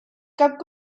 cap